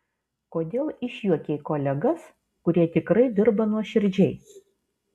kodėl išjuokei kolegas kurie tikrai dirba nuoširdžiai